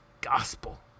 gospel